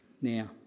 Now